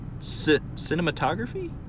cinematography